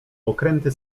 okręty